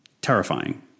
terrifying